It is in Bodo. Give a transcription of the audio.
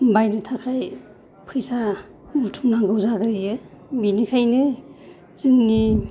बायनो थाखाय फैसा बुथुम नांगौ जाग्रोयो बेनिखायनो जोंनि